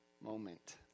moment